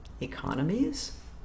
economies